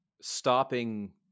stopping